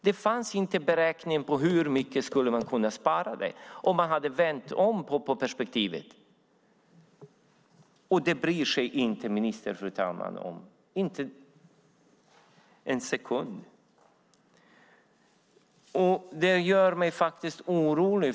Det fanns ingen beräkning av hur mycket man skulle ha kunnat spara om man hade vänt på perspektivet. Det bryr sig inte ministern om, fru talman, inte en sekund. Det gör mig faktiskt orolig.